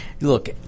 Look